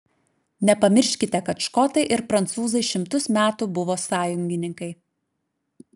nepamirškite kad škotai ir prancūzai šimtus metų buvo sąjungininkai